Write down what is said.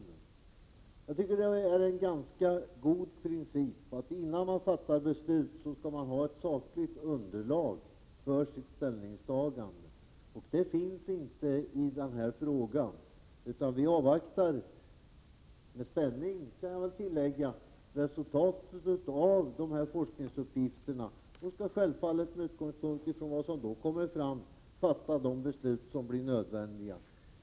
Men jag tycker det är en ganska god princip att man skall ha ett sakligt underlag för sitt ställningstagande innan man fattar beslut. Något sådant finns emellertid inte i den här frågan, utan vi avvaktar — jag kan tillägga med spänning - resultatet av forskningen och skall självfallet, med utgångspunkt i vad som kommer fram, fatta de beslut som blir nödvändiga.